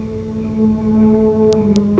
who